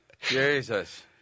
Jesus